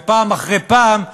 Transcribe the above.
ופעם אחרי פעם,